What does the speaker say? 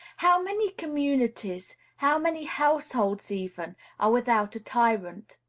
how many communities, how many households even, are without a tyrant?